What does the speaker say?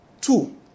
Two